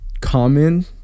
common